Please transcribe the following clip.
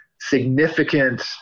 significant